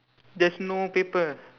there's no paper